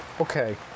Okay